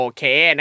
Okay